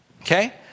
Okay